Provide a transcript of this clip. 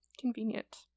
Convenient